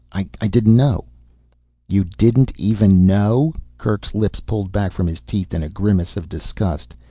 i didn't know you didn't even know. kerk's lips pulled back from his teeth in a grimace of disgust.